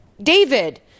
David